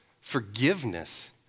forgiveness